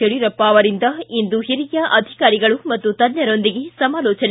ಯಡಿಯೂರಪ್ಪ ಅವರಿಂದ ಇಂದು ಹಿರಿಯ ಅಧಿಕಾರಿಗಳು ಹಾಗೂ ತಜ್ಞರೊಂದಿಗೆ ಸಮಾಲೋಚನೆ